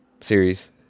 series